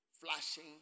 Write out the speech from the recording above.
flashing